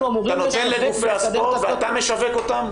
אנחנו אמורים --- אתה נותן לגופי הספורט ואתה משווק אותם,